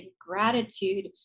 gratitude